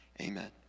Amen